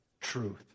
truth